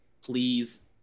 please